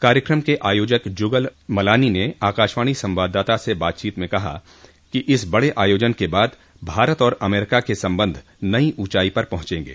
कार्यक्रम के आयोजक जुगल मलानी ने आकाशवाणी संवाददाता से बातचीत में कहा कि इस बड़े आयोजन र्क बाद भारत और अमरीका के संबंध नई ऊंचाई पर पहुंचेंगे